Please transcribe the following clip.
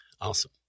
Awesome